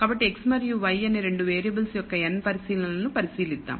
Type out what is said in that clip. కాబట్టి x మరియు y అనే 2 వేరియబుల్స్ యొక్క n పరిశీలనలను పరిశీలిద్దాం